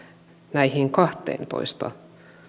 näihin kahteentoista